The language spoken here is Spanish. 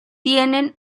tienen